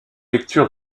lecture